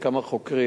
כמה חוקרים.